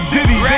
Diddy